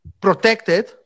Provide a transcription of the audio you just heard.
protected